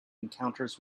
encounters